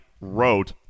wrote